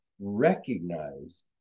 recognize